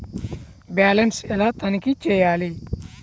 Balance ఎలా తనిఖీ చేయాలి?